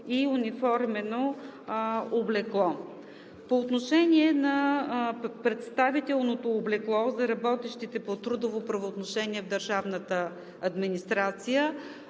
и униформено облекло. По отношение на представителното облекло за работещите по трудово правоотношение в